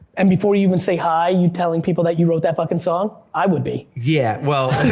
and before you even say hi, you telling people that you wrote that fuckin' song? i would be. yeah, well.